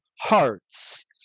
hearts